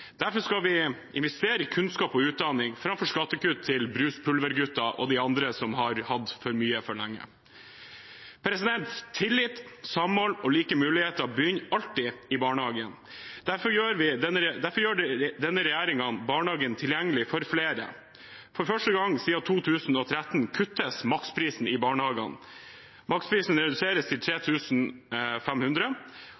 Derfor skal vi investere i kunnskap og utdanning framfor skattekutt til «bruspulverguttene» og de andre som har hatt for mye for lenge. Tillit, samhold og like muligheter begynner alltid i barnehagen. Derfor gjør denne regjeringen barnehagen tilgjengelig for flere. For første gang siden 2013 kuttes maksprisen i barnehagene. Maksprisen reduseres til